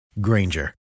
Granger